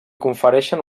confereixen